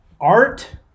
art